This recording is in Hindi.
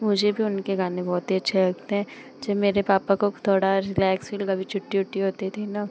मुझे भी उनके गाने बहुत ही अच्छे लगते हैं जब मेरे पापा को थोड़ा रिलैक्स फ़ील कभी छुट्टी ओट्टी होती थी ना